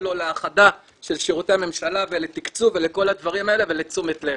שלו להאחדה של שירותי הממשלה ולתקצוב ולכל הדברים האלה ולתשומת לב.